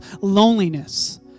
loneliness